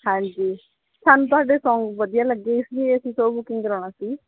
ਹਾਂਜੀ ਸਾਨੂੰ ਤੁਹਾਡੇ ਸੌਂਗ ਵਧੀਆ ਲੱਗੇ ਇਸ ਲਈ ਅਸੀਂ ਸੋਅ ਬੁਕਿੰਗ ਕਰਾਉਣਾ ਸੀ